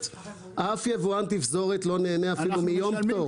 אף יבואן תפזורת לא נהנה אפילו מיום של פטור.